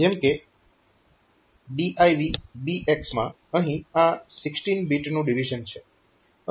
જેમ કે DIV BX માં અહીં આ 16 બીટનું ડીવીઝન છે